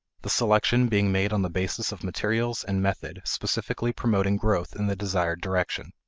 the selection being made on the basis of materials and method specifically promoting growth in the desired direction.